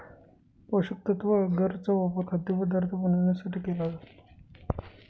पोषकतत्व आगर चा वापर खाद्यपदार्थ बनवण्यासाठी केला जातो